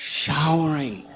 showering